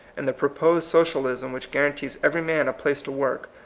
and the proposed socialism which guarantees every man a place to work,